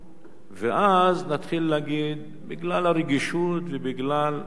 ואז נתחיל להגיד: בגלל הרגישות, ובגלל, בוא ולא.